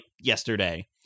yesterday